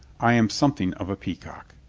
i am something of a peacock.